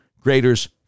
grader's